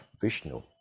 Vishnu